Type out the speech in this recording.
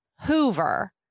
Hoover